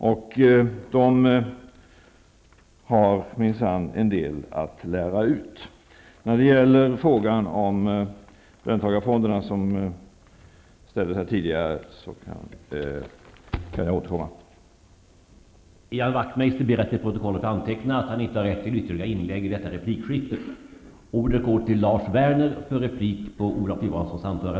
Japanerna har minsann en del att lära ut. Frågan om löntagarfonderna, som ställdes förut, får jag återkomma till.